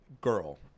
girl